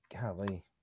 Golly